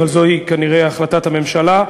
אבל זוהי כנראה החלטת הממשלה,